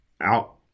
out